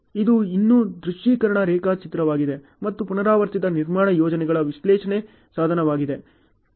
ಆದ್ದರಿಂದ ಇದು ಇನ್ನೂ ದೃಶ್ಯೀಕರಣ ರೇಖಾಚಿತ್ರವಾಗಿದೆ ಮತ್ತು ಪುನರಾವರ್ತಿತ ನಿರ್ಮಾಣ ಯೋಜನೆಗಳ ವಿಶ್ಲೇಷಣಾ ಸಾಧನವಾಗಿದೆ